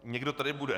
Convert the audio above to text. Někdo tady bude.